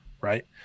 Right